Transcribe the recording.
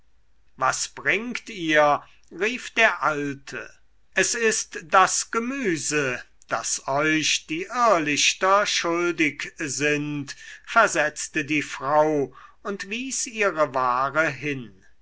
was bringt ihr rief der alte es ist das gemüse das euch die irrlichter schuldig sind versetzte die frau und wies ihre ware hin